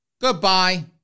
goodbye